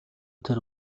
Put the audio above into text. тэр